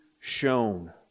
shown